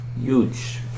Huge